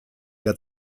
der